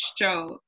show